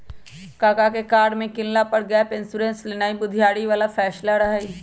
कक्का के कार के किनला पर गैप इंश्योरेंस लेनाइ बुधियारी बला फैसला रहइ